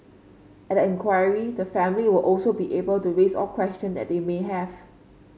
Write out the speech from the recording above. at the inquiry the family will also be able to raise all question that they may have